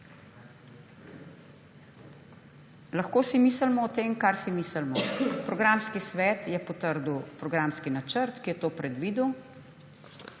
Lahko si mislimo o tem, kar si mislimo. Programski svet je potrdil programski načrt, ki je to predvidel.